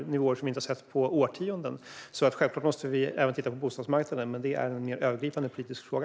Det är nivåer som vi inte har sett på årtionden. Självklart måste vi även titta på bostadsmarknaden. Men det är en mer övergripande politisk fråga.